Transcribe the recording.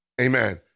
Amen